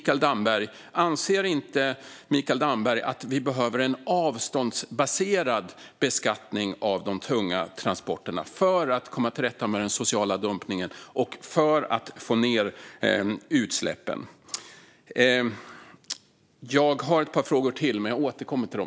Anser inte Mikael Damberg att vi behöver en avståndsbaserad beskattning av de tunga transporterna för att komma till rätta med den sociala dumpningen och få ned utsläppen? Jag har ett par frågor till, men jag återkommer till dem.